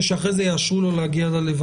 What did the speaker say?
כדי שאחר כך יאשרו לו להגיע להלוויה.